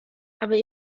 aber